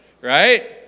right